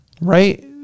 right